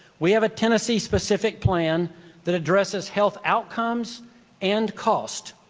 we have a tennessee specific plan that addresses health outcomes and cost.